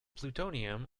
plutonium